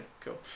cool